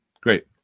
Great